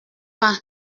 pas